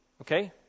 Okay